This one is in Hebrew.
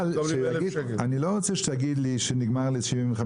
אני לא רוצה שיאמרו לי שנגמרו לי 75